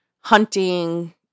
hunting